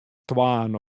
twaen